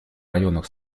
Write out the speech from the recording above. районах